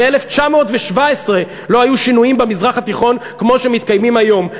מ-1917 לא היו שינויים במזרח התיכון כמו שמתקיימים היום,